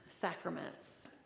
sacraments